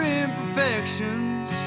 imperfections